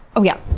oh yeah.